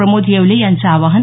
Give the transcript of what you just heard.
प्रमोद येवले यांचं आवाहन